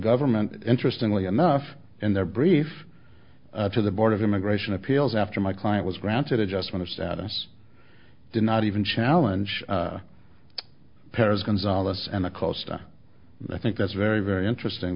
government interestingly enough in their brief to the board of immigration appeals after my client was granted adjustment of status did not even challenge perez gonzales and the costa i think that's very very interesting